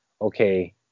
okay